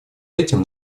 этим